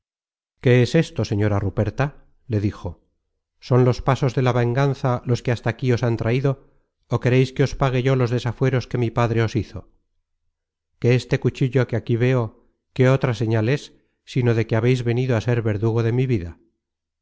at es esto señora ruperta le dijo son los pasos de la venganza los que hasta aquí os han traido ó quereis que os pague yo los desafueros que mi padre os hizo que este cuchillo que aquí veo qué otra señal es sino de que habeis venido á ser verdugo de mi vida